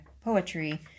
poetry